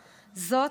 זאת,